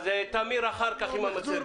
אז, תמיר, אחר כך עם המצגת.